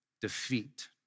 defeat